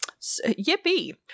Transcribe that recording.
Yippee